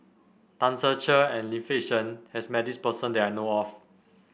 Tan Ser Cher and Lim Fei Shen has met this person that I know of